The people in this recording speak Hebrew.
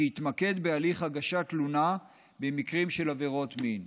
שתתמקד בהליך הגשת תלונה במקרים של עבירות מין.